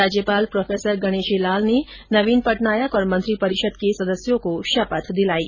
राज्यपाल प्रोफेसर गणेशी लाल ने नवीन पटनायक और मंत्रिपरिषद के सदस्यों को शपथ दिलायी